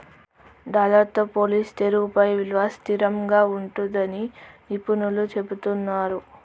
dollar తో పోలిస్తే రూపాయి విలువ స్థిరంగా ఉంటుందని నిపుణులు చెబుతున్నరు